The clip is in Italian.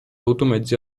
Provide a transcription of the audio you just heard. automezzi